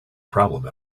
problem